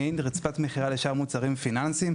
מעין רצפת מכירה לשאר המוצרים הפיננסיים.